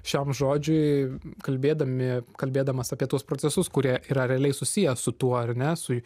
šiam žodžiui kalbėdami kalbėdamas apie tuos procesus kurie yra realiai susiję su tuo ar ne